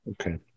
Okay